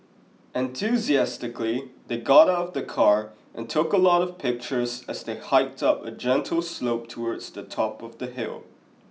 enthusiastically they got out of the car and took a lot of pictures as they hiked up a gentle slope towards the top of the hill